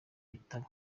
bitabo